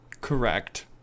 Correct